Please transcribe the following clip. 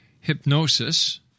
hypnosis